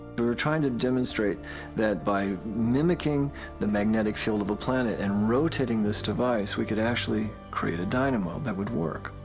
we were trying to demonstrate that by mimicing the magnetic field of a planet and rotating this device, we can actually create a dynamo, that would work.